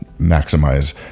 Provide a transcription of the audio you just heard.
maximize